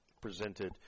presented